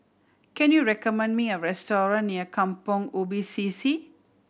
can you recommend me a restaurant near Kampong Ubi C C